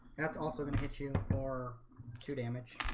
that's also gonna hit you or two damage